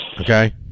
Okay